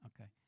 Okay